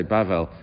Bavel